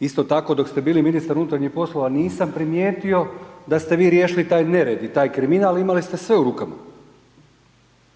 Isto tako, dok ste bili ministar unutarnjih poslova nisam primijetio da ste vi riješili taj nered i taj kriminal, imali ste sve u rukama,